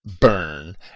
burn